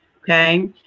okay